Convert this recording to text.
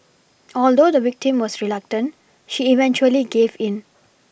although the victim was reluctant she eventually gave in